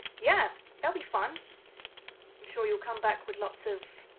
yet to be fun show you come back with lots of